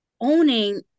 owning